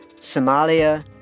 Somalia